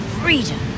Freedom